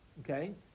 okay